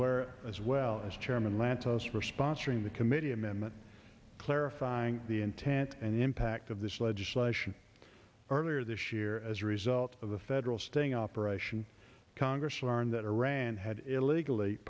were as well as chairman let as for sponsoring the committee amendment clarifying the intent and the impact of this legislation earlier this year as a result of the federal sting operation congress learned that iran had illegally